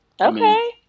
Okay